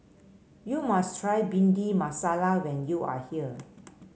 you must try Bhindi Masala when you are here